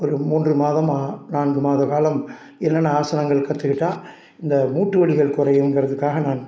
ஒரு மூன்று மாதமாக நான்கு மாத காலம் என்னென்ன ஆசனங்கள் கற்றுக்கிட்டா இந்த மூட்டு வலிகள் குறையுங்கிறதுக்காக நான்